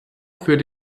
für